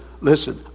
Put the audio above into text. listen